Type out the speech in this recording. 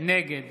נגד